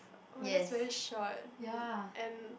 !wah! that's very short um and